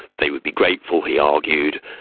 they would be grateful, he argued,